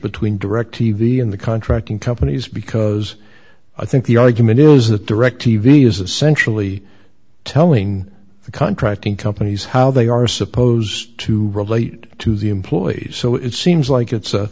between direct t v in the contracting companies because i think the argument is that direct t v is essentially telling the contracting companies how they are supposed to relate to the employees so it seems like it's a